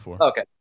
okay